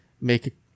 make